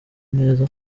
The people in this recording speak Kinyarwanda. ineza